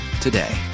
today